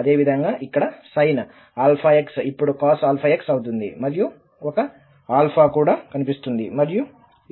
అదేవిధంగా ఇక్కడ sin⁡αx ఇప్పుడు cos⁡αx అవుతుంది మరియు ఒక కూడా కనిపిస్తుంది మరియు